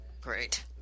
Great